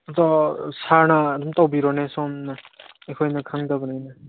ꯑꯗꯣ ꯁꯥꯔꯅ ꯑꯗꯨꯝ ꯇꯧꯕꯤꯔꯣꯅꯦ ꯁꯣꯝꯅ ꯑꯩꯈꯣꯏꯅ ꯈꯪꯗꯕꯅꯤꯅ